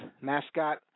mascot